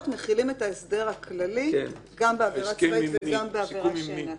לתפארתכם, הפרקליטות